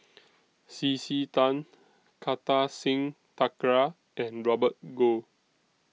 C C Tan Kartar Singh Thakral and Robert Goh